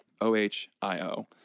o-h-i-o